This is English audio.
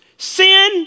Sin